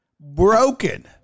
broken